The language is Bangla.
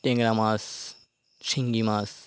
ট্যাংরা মাছ শিঙি মাছ